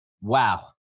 wow